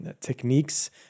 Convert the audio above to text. techniques